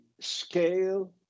scale